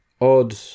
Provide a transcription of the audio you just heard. odd